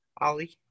Ollie